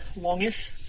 Longish